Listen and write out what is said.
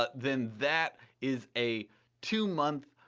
ah then that is a two month,